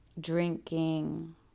drinking